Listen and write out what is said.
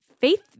faith